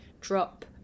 drop